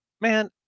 Man